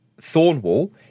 Thornwall